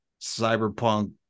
cyberpunk